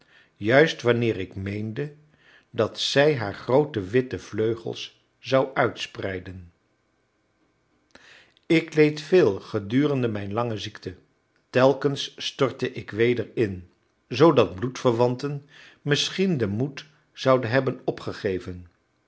juist wanneer ik meende dat zij haar groote witte vleugels zou uitspreiden ik leed veel gedurende mijn lange ziekte telkens stortte ik weder in zoodat bloedverwanten misschien den moed zouden hebben opgegeven